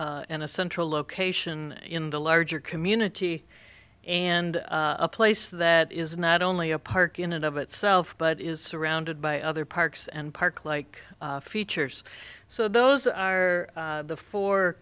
and a central location in the larger community and a place that is not only a park in and of itself but is surrounded by other parks and park like features so those are the four